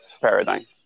paradigm